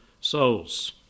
souls